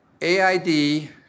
AID